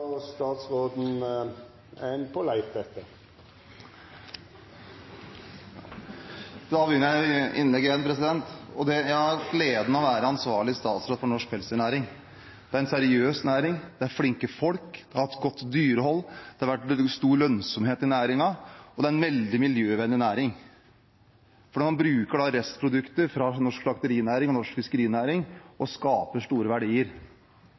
registrert. Statsråden er ein på leit etter. Da fortsetter jeg mitt innlegg. Jeg har hatt gleden av å være ansvarlig statsråd for norsk pelsdyrnæring. Det er en seriøs næring. Det er flinke folk. Den har hatt godt dyrehold. Det har vært stor lønnsomhet i næringen. Det er en veldig miljøvennlig næring fordi man bruker restprodukter fra norsk slakterinæring og norsk fiskerinæring og skaper store verdier.